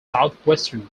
southwestern